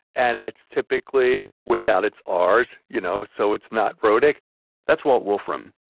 and it's typically without its ah rs. you know, so it's not rhotic that's walt wolfram.